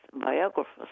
biographers